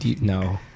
No